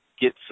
get